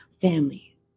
family